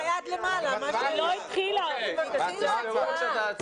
אני עם היד למעלה, התחילה ההצבעה.